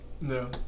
no